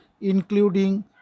including